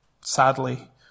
sadly